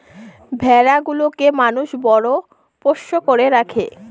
ভেড়া গুলোকে মানুষ বড় পোষ্য করে রাখে